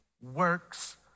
works